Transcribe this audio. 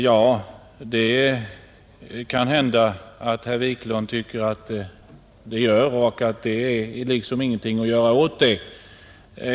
Ja, det kan hända att herr Wiklund tycker att så är fallet och att det inte är något att göra åt det.